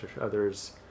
other's